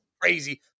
crazy